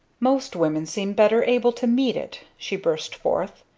most women seem better able to meet it! she burst forth.